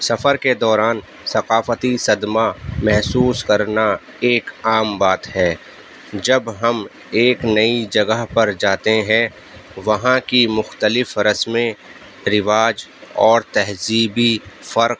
سفر کے دوران ثقافتی صدمہ محسوس کرنا ایک عام بات ہے جب ہم ایک نئی جگہ پر جاتے ہیں وہاں کی مختلف رسمیں رواج اور تہذیبی فرق